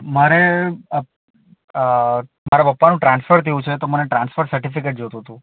મારે મારા પપ્પાનું ટ્રાન્સફર થયું છે તો મારે ટ્રાન્સફર સર્ટિફિકેટ જોતું હતું